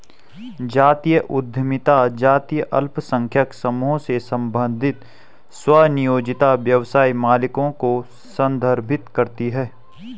जातीय उद्यमिता जातीय अल्पसंख्यक समूहों से संबंधित स्वनियोजित व्यवसाय मालिकों को संदर्भित करती है